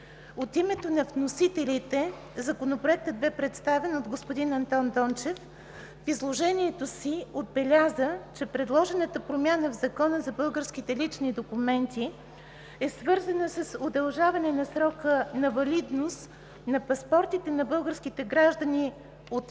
От името на вносителите Законопроектът бе представен от господин Андон Дончев. В изложението си отбеляза, че предложената промяна в Закона за българските лични документи е свързана с удължаване на срока на валидност на паспортите на българските граждани от